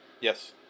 Yes